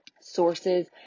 Sources